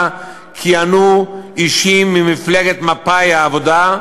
כיהנו אישים ממפלגת מפא"י-העבודה,